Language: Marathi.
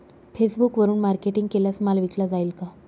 फेसबुकवरुन मार्केटिंग केल्यास माल विकला जाईल का?